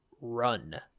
run